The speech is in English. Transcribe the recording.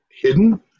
hidden